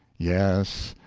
yes,